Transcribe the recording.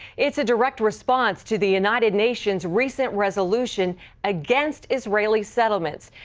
it's a direct response to the united nations' recent resolution against israeli settlements.